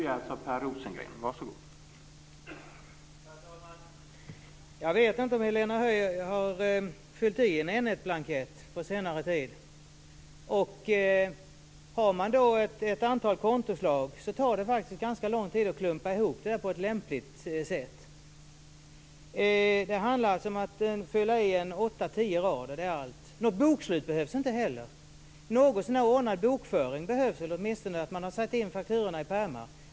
Herr talman! Jag vet inte om Helena Höij har fyllt i en N1-blankett på senare tid. Om man har ett antal kontoslag tar det faktiskt ganska lång tid att klumpa ihop dessa på ett lämpligt sätt. Det handlar alltså om att fylla i åtta-tio rader. Det är allt. Något bokslut behövs inte heller. En någotsånär ordnad bokföring behövs, åtminstone behöver man ha satt in fakturorna i pärmar.